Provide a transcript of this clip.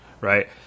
right